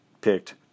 picked